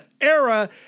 era